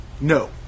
No